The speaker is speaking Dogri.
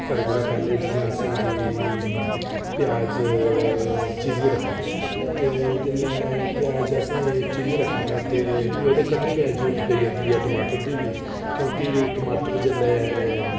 सारे कोला पैह्ले जियां असें गी प्याज चीरियै रक्खना ते जेल्लै प्याज असें चिरियै रक्खना ऐ ते भी ओह्दे कन्नै जरूरत पेई जंदी टमाटर दी बी क्योंकि टमाटर जेल्लै